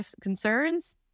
concerns